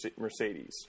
Mercedes